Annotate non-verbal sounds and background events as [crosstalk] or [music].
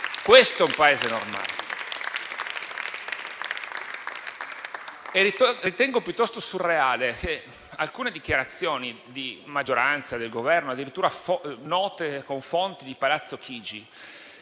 Questo è un Paese normale. [applause] Ritengo piuttosto surreali alcune dichiarazioni di maggioranza e del Governo, addirittura note da fonti di Palazzo Chigi,